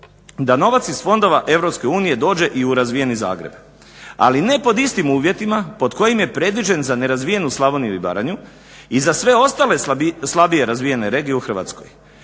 da novac iz fondova Europske unije dođe i u razvijeni Zagreb, ali ne pod istim uvjetima pod kojim je predviđen za nerazvijenu Slavoniju i Baranju i za sve ostale slabije razvijene regije u Hrvatskoj,